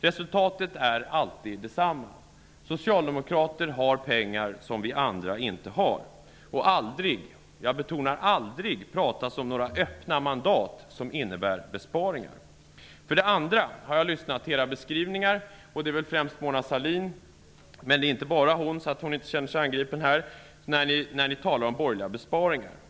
Resultatet blir alltid detsamma: Socialdemokrater har pengar som vi andra inte har. Aldrig - jag betonar aldrig - pratas det om några öppna mandat som innebär besparingar. För det andra har jag lyssnat till era beskrivningar av borgerliga besparingar. Det gäller framför allt Mona Sahlin - men inte bara henne, så hon behöver inte känna sig som ensamt angripen.